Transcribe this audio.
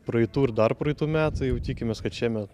praeitų ir dar praeitų metų jau tikimės kad šiemet